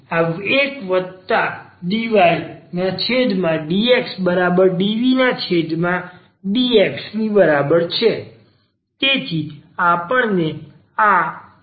તેથી આ 1 વત્તા dy ના છેદમાં dx બરાબર dv ના છેદમાં dx ની બરાબર છે